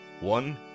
One